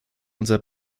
unser